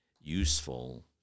useful